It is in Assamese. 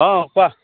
অঁ কোৱা